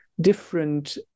different